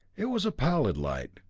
it was a pallid light,